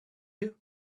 you